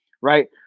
Right